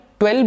12